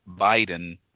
Biden